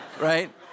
right